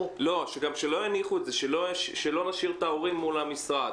חשוב לי להגיד בתור מנהלת המחלקה לחינוך וקידום בריאות,